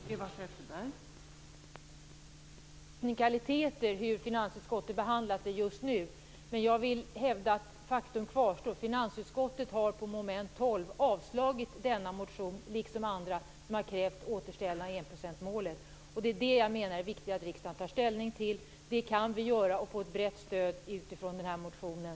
Fru talman! Vi skall inte gå in på teknikaliteter i finansutskottets behandling, men jag hävdar att faktum kvarstår: Finansutskottet har under mom. 12 avstyrkt denna motion liksom andra där återställande av enprocentsmålet krävs. Det är det som jag menar att det är viktigt att riksdagen tar ställning till. Det kan den göra, och det kan bli ett brett stöd utifrån motion